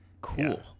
Cool